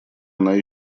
она